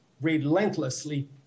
relentlessly